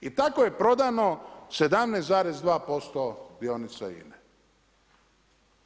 I tako je prodano 17,2% dionica INA-e.